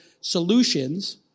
solutions